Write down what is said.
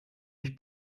mich